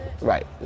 right